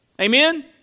Amen